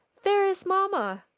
there is mamma.